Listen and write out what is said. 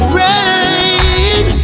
rain